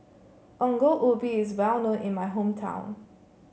Ongol Ubi is well known in my hometown